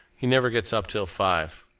he never gets up till five.